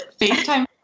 FaceTime